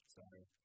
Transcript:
Sorry